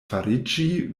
fariĝi